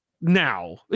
now